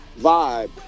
vibe